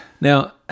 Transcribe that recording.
Now